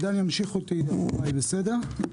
עידן ימשיך אותי אחרי, בסדר?